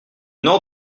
nord